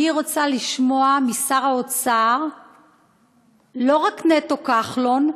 אני רוצה לשמוע משר האוצר לא רק נטו כחלון,